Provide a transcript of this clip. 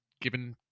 given